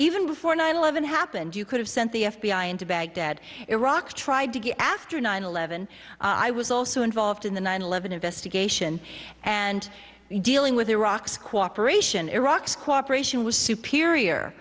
even before nine eleven happened you could have sent the f b i into baghdad iraq tried to get after nine eleven i was also involved in the nine eleven investigation and dealing with iraq's cooperation iraq's cooperation was superior